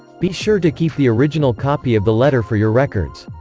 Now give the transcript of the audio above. be sure to keep the original copy of the letter for your records.